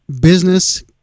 business